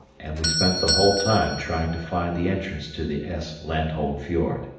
and we spent the whole time trying to find the entrance to the s. landholm fjord.